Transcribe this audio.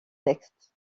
textes